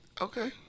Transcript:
Okay